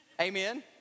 Amen